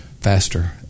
faster